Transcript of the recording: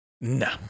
no